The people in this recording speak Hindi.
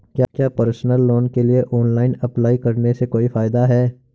क्या पर्सनल लोन के लिए ऑनलाइन अप्लाई करने से कोई फायदा है?